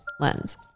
Lens